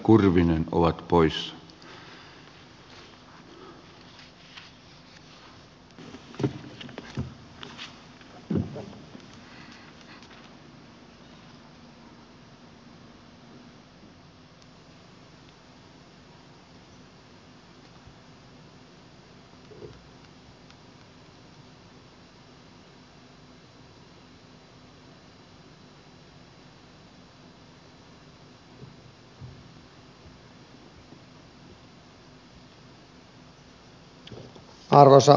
arvoisa herra puhemies